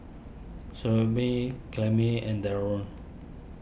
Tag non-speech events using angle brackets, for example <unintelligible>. <unintelligible> and Darron